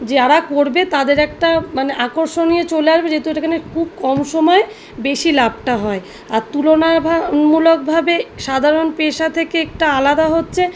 যারা করবে তাদের একটা মানে আকর্ষণীয় চলে আসবে যেহেতু এটা খুব কম সময়ে বেশি লাভটা হয় আর তুলনাভা মূলকভাবে সাধারণ পেশা থেকে একটা আলাদা হচ্ছে